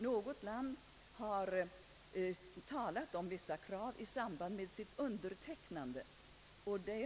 Något land har talat om vissa krav i samband med sitt undertecknande.